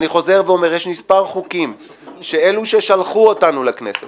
אני חוזר ואומר יש מספר חוקים שאלה ששלחו אותנו לכנסת